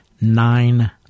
Nine